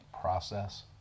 Process